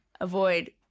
avoid